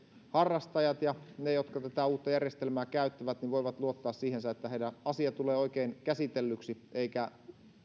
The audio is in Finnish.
aseharrastajat ja ne jotka tätä uutta järjestelmää käyttävät voivat luottaa siihen että heidän asiansa tulevat oikein käsitellyiksi eikä